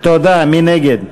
מי נגד?